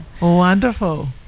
wonderful